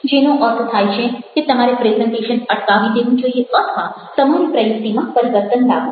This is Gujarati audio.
જેનો અર્થ થાય છે કે તમારે પ્રેઝન્ટેશન અટકાવી દેવું જોઈએ અથવા તમારી પ્રયુક્તિમાં પરિવર્તન લાવો